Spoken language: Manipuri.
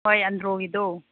ꯍꯣꯏ ꯑꯟꯗ꯭ꯔꯣꯒꯤꯗꯣ